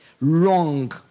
wrong